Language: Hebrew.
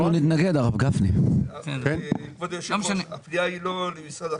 הפנייה שלכם היא לא למשרד החינוך.